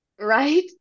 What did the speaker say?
right